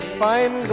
fine